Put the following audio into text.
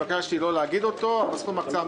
התבקשתי לא להגיד את סכום ההקצאה.